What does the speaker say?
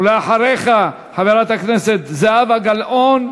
אחריך, חברת הכנסת זהבה גלאון,